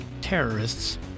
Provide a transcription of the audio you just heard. terrorists